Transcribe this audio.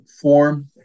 form